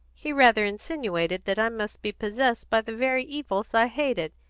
he rather insinuated that i must be possessed by the very evils i hated,